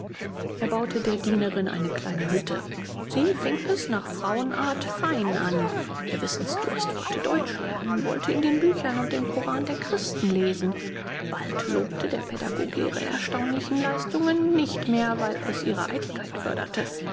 baute der dienerin eine kleine hütte sie fing es nach frauenart fein an ihr wissensdurst wollte deutsch lernen wollte in den büchern und dem koran der christen lesen bald lobte der pädagoge ihre erstaunlichen leistungen nicht mehr weil es ihre eitelkeit förderte